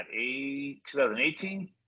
2018